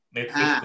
Netflix